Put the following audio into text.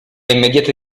immediate